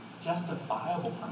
justifiable